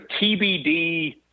TBD